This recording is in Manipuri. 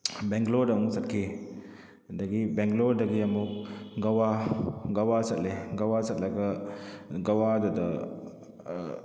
ꯕꯦꯡꯒꯂꯣꯔꯗ ꯑꯃꯨꯛ ꯆꯠꯈꯤ ꯑꯗꯒꯤ ꯕꯦꯡꯒꯂꯣꯔꯗꯒꯤ ꯑꯃꯨꯛ ꯒꯋꯥ ꯒꯋꯥ ꯆꯠꯂꯦ ꯒꯋꯥ ꯆꯠꯂꯒ ꯒꯋꯥꯗꯨꯗ